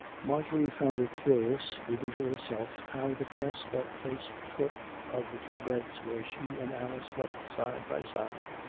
marjorie found it curious, even to herself, how the press that faced the foot of the two beds where she and alice slept side by side,